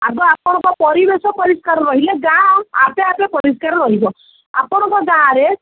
ଆଗ ଆପଣଙ୍କ ପରିବେଶ ପରିଷ୍କାର ରହିଲେ ଗାଁ ଆପେ ଆପେ ପରିଷ୍କାର ରହିବ ଆପଣଙ୍କ ଗାଁରେ